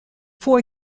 for